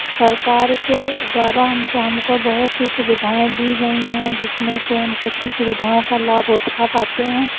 सरकार के द्वारा हमसे हमको बहुत सी सुविधाएँ दी गई हैं जिसमें से हम कुछ ही सुविधाओं का लाभ उठा पाते हैं